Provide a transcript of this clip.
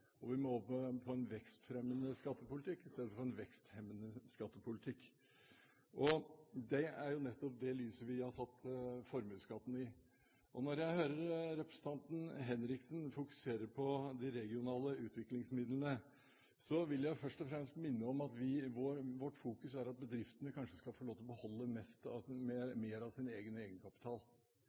og vi må over på en vekstfremmende skattepolitikk i stedet for en veksthemmende skattepolitikk. Det er jo nettopp det lyset vi har satt formuesskatten i. Og når jeg hører representanten Henriksen fokusere på de regionale utviklingsmidlene, vil jeg først og fremst minne om at vårt fokus er at bedriftene kanskje skal få lov til å beholde mer av sin egenkapital.